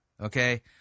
okay